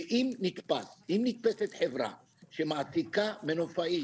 שאם נתפסת חברה שמעסיקה מנופאי